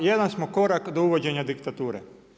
Na jedan smo korak do uvođenja diktature.